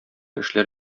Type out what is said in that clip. эшләр